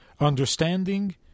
Understanding